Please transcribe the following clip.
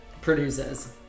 Produces